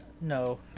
no